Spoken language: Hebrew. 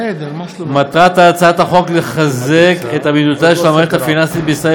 מטרת הצעת החוק: לחזק את עמידותה של המערכת הפיננסית בישראל